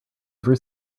ever